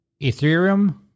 Ethereum